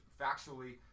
factually